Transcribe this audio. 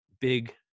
big